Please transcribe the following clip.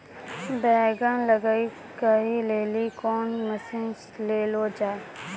बैंगन लग गई रैली कौन मसीन ले लो जाए?